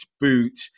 boot